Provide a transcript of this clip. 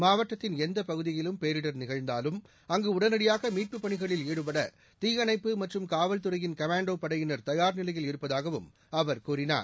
மாவட்டத்தின் எந்தப் பகுதியிலும் பேரிடர் நிகழ்ந்தாலும் அங்கு உடனடியாக மீட்பு பணிகளில் ஈடுபட தீயணைப்பு மற்றும் காவல்துறையின் காமான்டோ படையினர் தயார்நிலையில் இருப்பதாகவும் அவர் கூறினார்